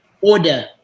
order